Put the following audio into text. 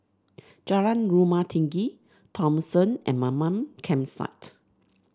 Jalan Rumah Tinggi Thomson and Mamam Campsite